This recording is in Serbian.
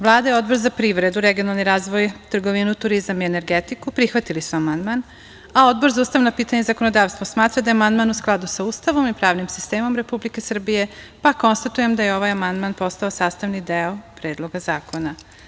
Vlada i Odbor za privredu, regionalni razvoj, trgovinu, turizam i energetiku prihvatili su amandman, a Odbor za ustavna pitanja i zakonodavstvo smatra da je amandman u skladu sa Ustavom i pravnim sistemom Republike Srbije, pa konstatujem da je ovaj amandman postao sastavni deo Predloga zakona.